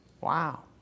Wow